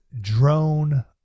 drone